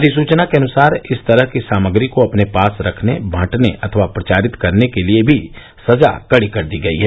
अधिसूचना के अनुसार इस तरह की सामग्री को अपने पास रखने बांटने अथवा प्रचारित करने के लिए भी सजा कड़ी कर दी गई है